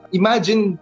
imagine